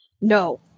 No